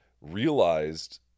realized